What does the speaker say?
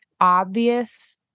obvious